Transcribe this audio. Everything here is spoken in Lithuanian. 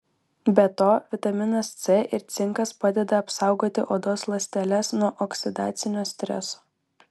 be to vitaminas c ir cinkas padeda apsaugoti odos ląsteles nuo oksidacinio streso